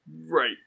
Right